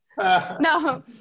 No